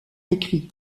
écrit